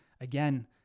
again